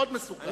מאוד מסוכן.